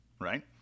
right